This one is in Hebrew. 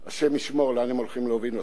השם ישמור לאן הם הולכים להוביל אותנו.